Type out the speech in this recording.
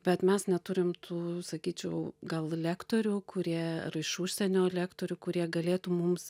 bet mes neturim tų sakyčiau gal lektorių kurie iš užsienio lektorių kurie galėtų mums